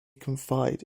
confide